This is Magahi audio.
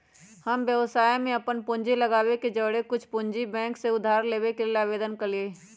हम व्यवसाय में अप्पन पूंजी लगाबे के जौरेए कुछ पूंजी बैंक से उधार लेबे के लेल आवेदन कलियइ ह